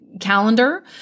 calendar